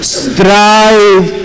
strive